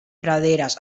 praderas